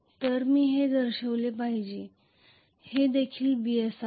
तर मी हे दर्शविले पाहिजे हे देखील b असावे